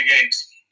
games